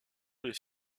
les